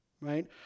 right